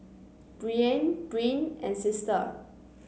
Breanne Bryn and Sister